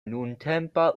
nuntempa